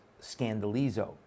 scandalizo